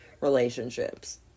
relationships